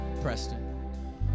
Preston